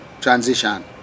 transition